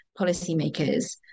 policymakers